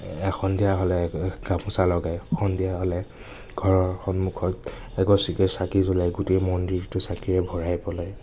সন্ধিয়া হ'লে গামোচা লগাই সন্ধিয়া হ'লে ঘৰৰ সন্মুখত এগছিকৈ চাকি জ্বলাই গোটেই মন্দিৰটো চাকিৰে ভৰাই পেলাই